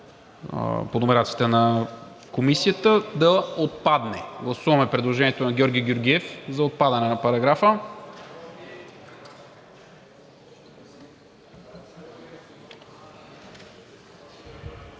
по номерацията на Комисията да отпадне. Гласуваме предложението на Георги Георгиев за отпадане на параграфа.